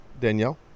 Danielle